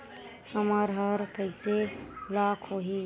हमर ह कइसे ब्लॉक होही?